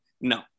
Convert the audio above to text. No